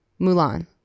Mulan